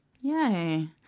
Yay